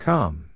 Come